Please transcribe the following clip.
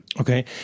Okay